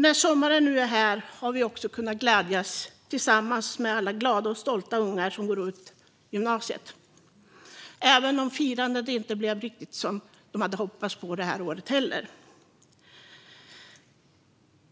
När sommaren nu är här har vi kunnat glädjas tillsammans med alla glada och stolta unga som gått ut gymnasiet, även om firandet inte blev riktigt som man hade hoppats på i år heller.